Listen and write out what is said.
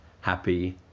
happy